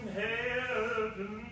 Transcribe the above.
heaven